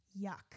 yuck